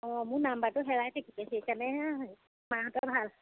অঁ মোৰ নাম্বাৰটো হেৰাই থাকিলে সেই কাৰণেহে মাহঁতৰ ভাল